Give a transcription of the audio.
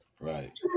right